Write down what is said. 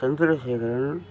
Chandrasekaran